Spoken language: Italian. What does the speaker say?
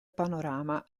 panorama